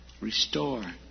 Restore